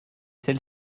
celle